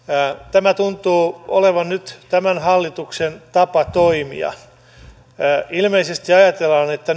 tämä tuntuu olevan nyt tämän hallituksen tapa toimia ilmeisesti ajatellaan että